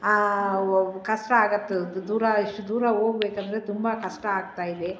ಕಷ್ಟ ಆಗತ್ತಲ್ದ್ ದೂರ ಇಷ್ಟು ದೂರ ಹೋಗ್ಬೇಕಂದ್ರೆ ತುಂಬ ಕಷ್ಟ ಆಗ್ತಾ ಇದೆ